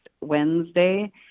Wednesday